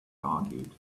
argued